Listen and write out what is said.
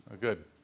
Good